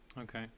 Okay